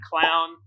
Clown